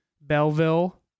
Belleville